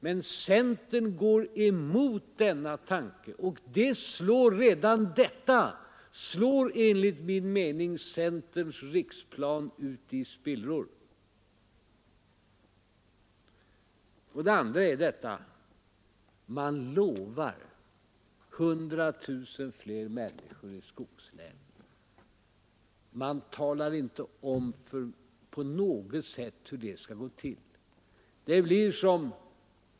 Men centern går emot denna tanke, och det slår enligt min mening centerns riksplan i spillror. Det andra är att man lovar 100 000 flera människor i skogslänen utan att på något sätt tala om hur det skall klaras.